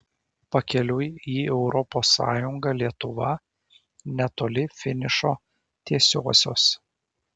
pakeliui į europos sąjungą lietuva netoli finišo tiesiosios